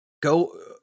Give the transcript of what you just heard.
Go